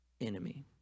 enemy